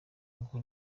ngo